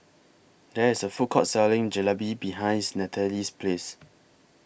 There IS A Food Court Selling Jalebi behinds Nathalie's House